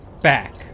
back